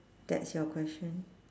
that's your question